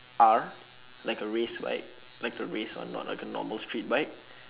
R like a race bike like a race one not like a normal street bike